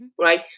Right